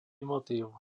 motív